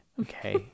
Okay